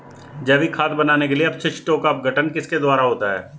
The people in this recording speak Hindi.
जैविक खाद बनाने के लिए अपशिष्टों का अपघटन किसके द्वारा होता है?